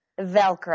Velcro